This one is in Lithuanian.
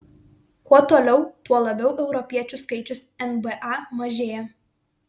kuo toliau tuo labiau europiečių skaičius nba mažėja